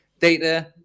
data